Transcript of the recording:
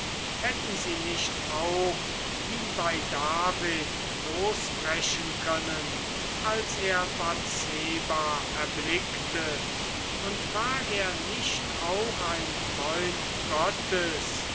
hätten sie nicht auch wie bei david losbrechen können als er bathseba erblickte und war er nicht auch ein freund gottes